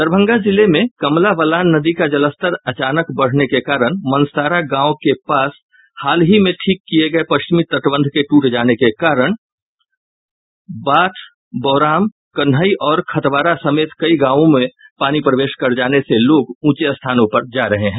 दरभंगा जिले में कमला बलान नदी का जलस्तर अचानक बढ़ने के कारण मंसारा गांवा के पास हाल ही में ठीक किये गये पश्चिमी तटबंध के टूट जाने के कारण बाथ बौराम कन्हई खतवारा समेत कई गांवों में पानी प्रवेश कर जाने से लोग ऊंचे स्थानों पर जा रहे हैं